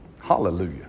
Hallelujah